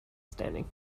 standing